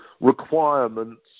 requirements